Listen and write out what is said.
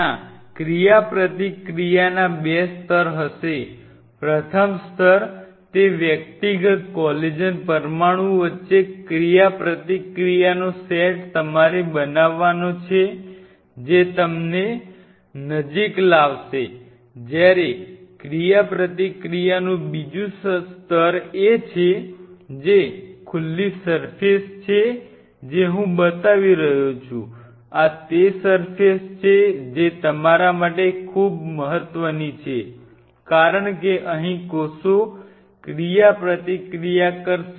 ત્યાં ક્રિયાપ્રતિક્રિયાના બે સ્તર હશે પ્રથમ સ્તર તે વ્યક્તિગત કોલેજન પરમાણુઓ વચ્ચે ક્રિયાપ્રતિક્રિયાનો સેટ તમારે બનાવવાનો છે જે તેમને નજીક લાવશે જ્યારે ક્રિયાપ્રતિક્રિયાનું બીજું સ્તર છે જે ખુલ્લી સર્ફેસ છે જે હું બતાવી રહ્યો છું આ તે સર્ફેસ છે જે તમારા માટે ખૂબ મહત્વની છે કારણ કે અહિં કોષો ક્રિયાપ્રતિક્રિયા કરશે